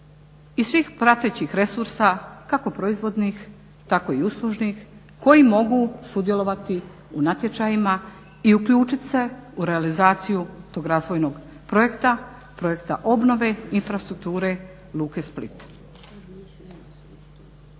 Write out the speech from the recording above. i svih pratećih resursa, kako proizvodnih tako i uslužnih koji mogu sudjelovati u natječajima i uključit se u realizaciju tog razvojnog projekta, projekta obnove infrastrukture Luke Split.